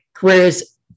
whereas